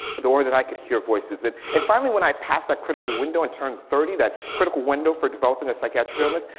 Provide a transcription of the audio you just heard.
the way that i could hear voices and finally when i passed that critical window and turned thirty. that critical window for developing a psychiatric illness.